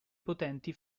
potenti